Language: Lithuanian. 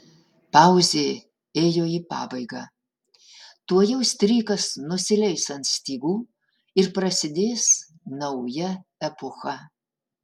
pauzė ėjo į pabaigą tuojau strykas nusileis ant stygų ir prasidės nauja epocha